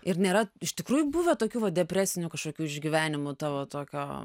ir nėra iš tikrųjų buvę tokių va depresinių kažkokių išgyvenimų tavo tokio